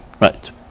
Right